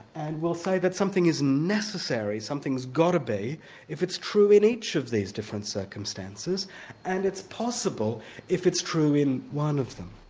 and we'll say that something is necessary, something has got to be if it's true in each of these different circumstances and it's possible if it's true in one of them.